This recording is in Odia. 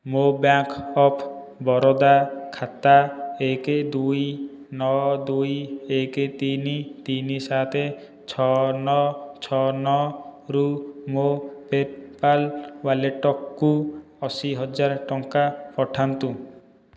ମୋ' ବ୍ୟାଙ୍କ୍ ଅଫ୍ ବରୋଦା ଖାତା ଏକ ଦୁଇ ନଅ ଦୁଇ ଏକ ତିନି ତିନି ସାତ ଛଅ ନଅ ଛଅ ନଅରୁ ମୋ' ପେ'ପାଲ୍ ୱାଲେଟକୁ ଅଶିହଜାର ଟଙ୍କା ପଠାନ୍ତୁ